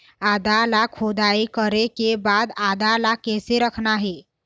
आदा ला खोदाई करे के बाद आदा ला कैसे रखना हे?